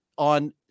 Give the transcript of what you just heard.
On